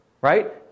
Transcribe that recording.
Right